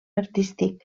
artístic